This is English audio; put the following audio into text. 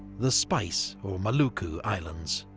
the spice or maluku islands.